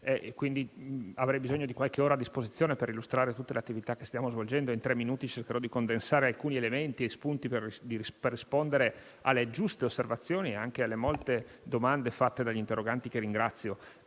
quindi bisogno di qualche ora a disposizione per illustrare tutte le attività che stiamo svolgendo; in tre minuti cercherò di condensare alcuni elementi e spunti per rispondere alle giuste osservazioni e anche alle molte domande rivolte dagli interroganti, che ringrazio.